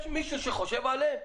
יש מישהו שחושב עליהם?